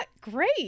great